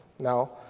Now